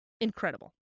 incredible